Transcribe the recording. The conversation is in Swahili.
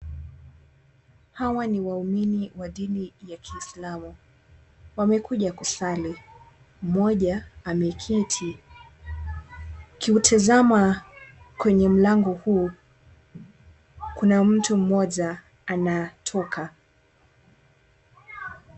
Hawa ni waumini wa dini ya kiislamu, wamekuja kusali. Mmoja ameketi. Ukiutazama kwenye mlango huu, kuna mtu mmoja anatoka.